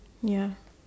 ya